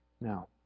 Now